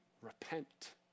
repent